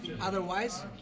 otherwise